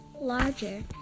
larger